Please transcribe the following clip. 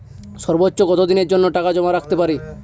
সর্বোচ্চ কত দিনের জন্য টাকা জমা রাখতে পারি?